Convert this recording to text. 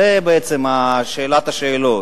זו בעצם שאלת השאלות.